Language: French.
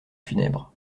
funèbre